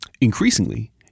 Increasingly